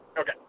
Okay